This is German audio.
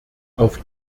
auf